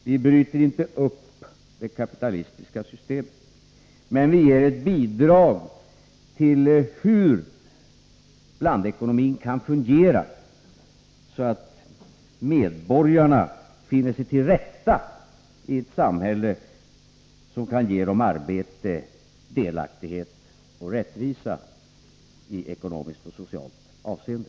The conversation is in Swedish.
Vi bryter inte upp det kapitalistiska systemet, men vi ger ett bidrag till hur blandekonomin kan fungera, så att medborgarna finner sig till rätta i samhället och så att detta kan ge dem arbete, delaktighet och rättvisa i ekonomiskt och socialt avseende.